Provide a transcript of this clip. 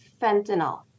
fentanyl